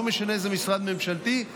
לא משנה איזה משרד ממשלתי,